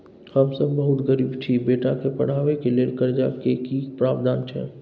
हम सब बहुत गरीब छी, बेटा के पढाबै के लेल कर्जा के की प्रावधान छै?